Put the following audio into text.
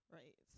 right